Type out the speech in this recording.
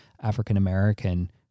African-American